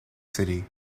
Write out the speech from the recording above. city